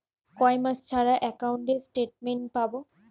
কয় মাস ছাড়া একাউন্টে স্টেটমেন্ট পাব?